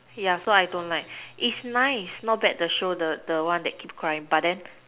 ya so I don't like it's nice not bad the show the the one that keep crying but then